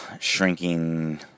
shrinking